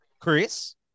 Chris